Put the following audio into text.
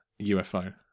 UFO